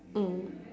mm